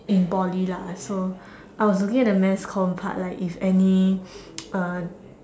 in Poly lah so I was looking at the mass com part like if any uh